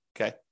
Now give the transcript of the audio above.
Okay